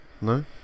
no